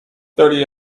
thirty